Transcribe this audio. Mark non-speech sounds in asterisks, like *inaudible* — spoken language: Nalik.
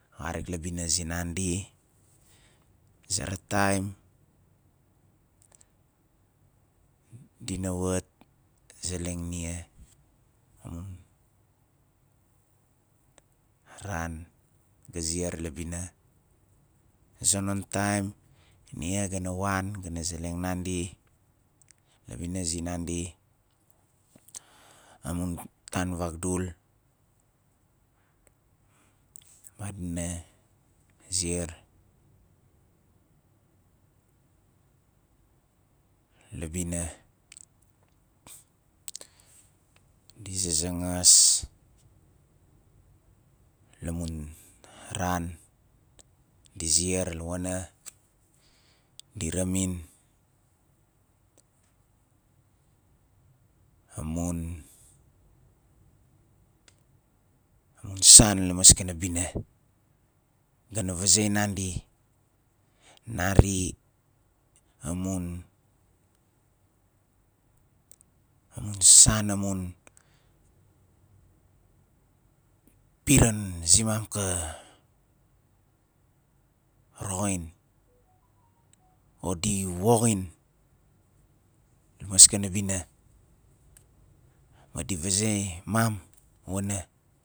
Xarik la bina zinandi a zera taim diva wat zeleng nia *unintelligible* a ran ga ziar la bina a zonon taim nia ga na wan zeleng nandi la bina zinandi amun tan vagdul madina ziar la bina di zazangas la mun ran di ziar wana di raamin amun amun san la maskana bina ga na vazei nandi "nari amun amun san- amun piran zimam ka roxin o di woxin lamaskana bina ma di vazei mam wana"